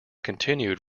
continued